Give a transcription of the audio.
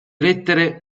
lettere